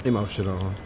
Emotional